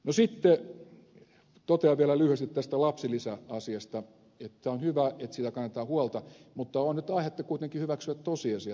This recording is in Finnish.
no sitten totean vielä lyhyesti tästä lapsilisäasiasta että on hyvä että siitä kannetaan huolta mutta on nyt aihetta kuitenkin hyväksyä tosiasiat